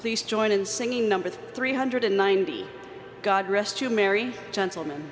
please join in singing numbers three hundred and ninety god rest ye merry gentlem